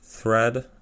Thread